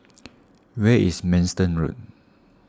where is Manston Road